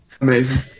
Amazing